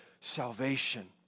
salvation